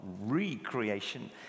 re-creation